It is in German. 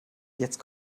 jetzt